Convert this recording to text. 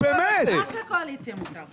לא, אני לא מבין, רק להם מותר לדבר?